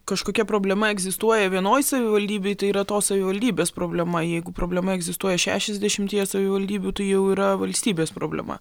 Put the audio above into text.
kažkokia problema egzistuoja vienoj savivaldybėj tai yra tos savivaldybės problema jeigu problema egzistuoja šešiasdešimtyje savivaldybių tai jau yra valstybės problema